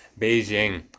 Beijing